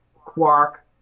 Quark